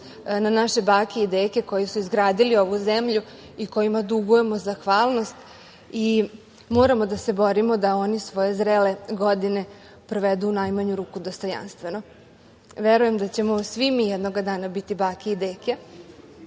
na naše bake i dece koji su izgradili ovu zemlju i kojima dugujemo zahvalnost i moramo da se borimo da oni svoje zrele godine provedu u najmanju ruku dostojanstveno. Verujem da ćemo svi mi jednog dana biti bake i deke